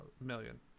million